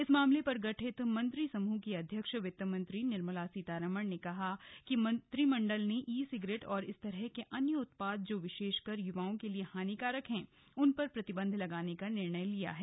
इस मामले पर गठित मंत्री समूह की अध्यक्ष वित्तमंत्री निर्मला सीतारामन ने कहा कि मंत्रिमण्ड्ल ने ई सिगरेट और इस तरह के अन्य उत्पाद जो विशेषकर युवाओं के लिए हानिकारक हैं उन पर प्रतिबंध लगाने का निर्णय लिया है